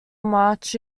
march